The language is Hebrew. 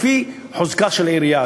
לפי חוזקה של העירייה,